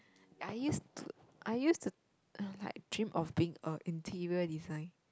I used to I used to uh like dream of being a interior design